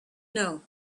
know